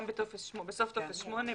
גם בסוף טופס 8 ,